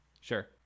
sure